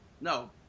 No